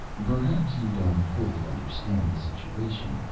perhaps you don't fully understand the situation,